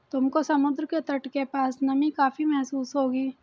तुमको समुद्र के तट के पास नमी काफी महसूस होगी